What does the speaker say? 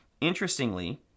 interestingly